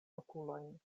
okulojn